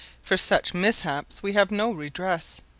for such mishaps we have no redress.